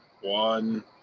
one